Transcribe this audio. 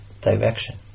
direction